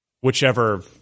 whichever